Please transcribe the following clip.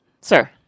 Sir